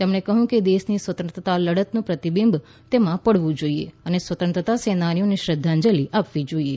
તેમણે કહ્યું કે દેશની સ્વતંત્રતા લડતનું પ્રતિબિંબ તેમાં પડવું જોઈએ અને સ્વતંત્રતા સેનાનીઓને શ્રદ્ધાંજલિ આપવી જોઈએ